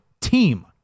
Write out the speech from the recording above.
team